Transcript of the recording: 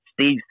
Steve